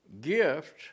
gift